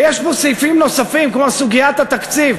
ויש פה סעיפים נוספים, כמו סוגיית התקציב.